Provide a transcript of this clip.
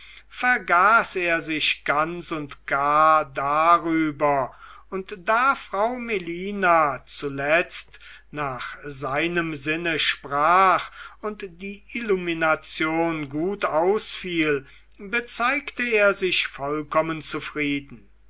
vergaß er sich ganz und gar darüber und da frau melina zuletzt nach seinem sinne sprach und die illumination gut ausfiel bezeigte er sich vollkommen zufrieden